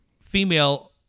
female